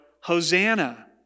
Hosanna